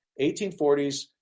1840s